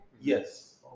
Yes